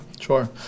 Sure